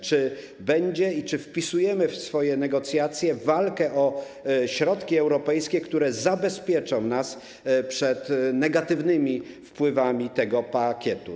Czy będzie i czy wpisujemy w swoje negocjacje walkę o środki europejskie, które zabezpieczą nas przed negatywnymi wpływami tego pakietu?